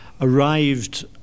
arrived